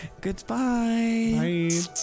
Goodbye